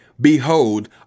Behold